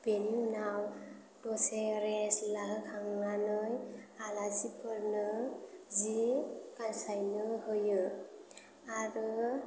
बेनि उनाव दसे रेस्ट लाखांनानै आलासिफोरनो सि गानस्लायनो होयो आरो